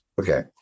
Okay